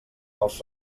els